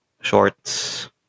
shorts